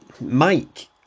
Mike